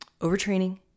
overtraining